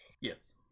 Yes